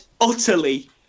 utterly